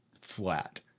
flat